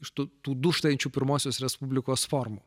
iš tų tų dūžtančių pirmosios respublikos formų